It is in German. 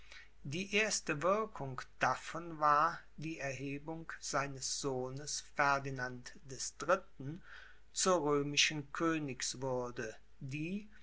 die erste wirkung davon war die erhebung seines sohnes ferdinand des dritten zur römischen königswürde die